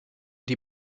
die